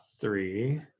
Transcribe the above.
three